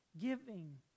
giving